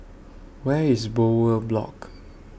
Where IS Bowyer Block